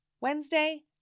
Wednesday